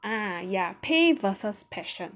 ah ya pay versus passion